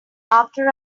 after